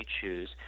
choose